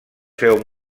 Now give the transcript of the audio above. féu